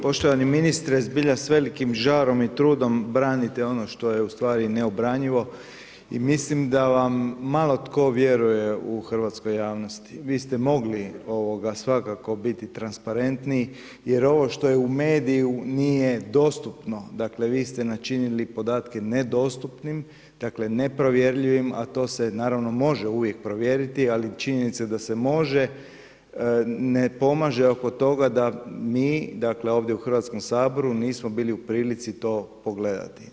Poštovani ministre, zbilja s velikim žarom i trudom, branite ono što je ustvari neobranjivo i mislim da vam malo tko vjeruje u hrvatskoj javnosti, vi ste mogli svakako biti transparentniji, jer ovo što je u mediju nije dostupno, dakle, vi ste načinili podatke nedostupnim, dakle, nepovjerljivim, a to se naravno može uvijek provjeriti, ali činjenica je da se može, ne pomaže oko toga, da mi u Hrvatskom saboru, nismo bili u prilici to pogledati.